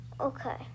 okay